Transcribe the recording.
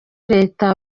leta